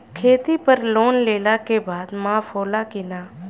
खेती पर लोन लेला के बाद माफ़ होला की ना?